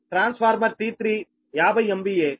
transformer T3 50 MVA 13